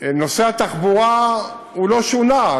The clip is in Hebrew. נושא התחבורה לא שונה,